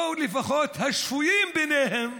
או לפחות השפויים ביניהם,